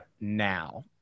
now